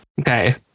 Okay